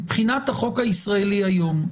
מבחינת החוק הישראלי היום,